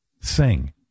sing